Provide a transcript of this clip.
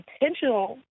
intentional